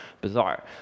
bizarre